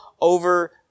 over